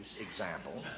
example